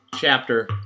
Chapter